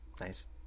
Nice